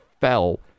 fell